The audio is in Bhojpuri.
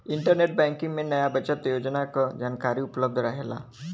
इंटरनेट बैंकिंग में नया बचत योजना क जानकारी उपलब्ध रहेला